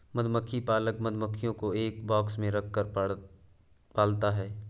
मधुमक्खी पालक मधुमक्खियों को एक बॉक्स में रखकर पालता है